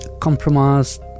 compromised